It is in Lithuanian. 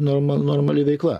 norma normali veikla